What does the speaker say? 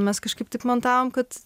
mes kažkaip tik montavom kad